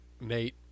Nate